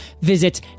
Visit